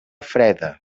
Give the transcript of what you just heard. freda